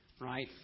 right